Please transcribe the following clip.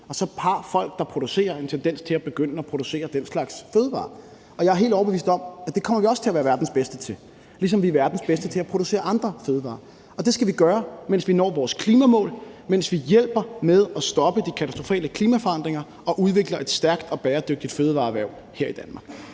og så har folk, der producerer, en tendens til at begynde at producere den slags fødevarer. Og jeg er helt overbevist om, at det kommer vi også til at være verdens bedste til, ligesom vi er verdens bedste til at producere andre fødevarer. Det skal vi gøre, mens vi når vores klimamål, og mens vi hjælper med at stoppe de katastrofale klimaforandringer og udvikler et stærkt og bæredygtigt fødevareerhverv her i Danmark.